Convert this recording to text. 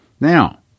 Now